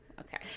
okay